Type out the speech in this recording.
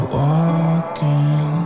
walking